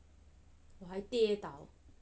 我还跌倒